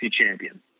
champion